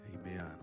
Amen